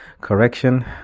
correction